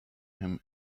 him